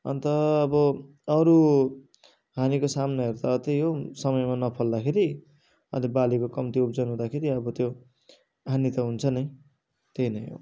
अन्त अब अरू हानीको सामनाहरू त त्यही हो समयमा नफल्दाखेरि त्यो बालीको कम्ती उब्जनी हुँदाखेरि अब त्यो हानी त हुन्छ नै त्यही नै हो